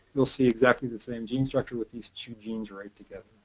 you'll see exactly the same gene structures with these two genes right together.